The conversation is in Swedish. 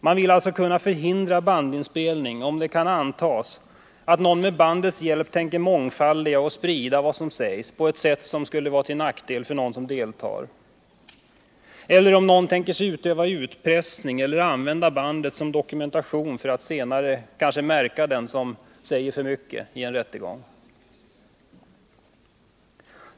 Man vill alltså kunna förhindra bandinspelning om det kan antas att någon med bandets hjälp tänker mångfaldiga och sprida vad som sagts på ett sådant sätt att det skulle kunna vara till nackdel för någon som deltar, eller om någon tänker sig utöva utpressning eller använda bandet som dokumentation för att senare ”märka” den som sagt för mycket i en rättegång.